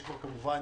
יש כבר כמובן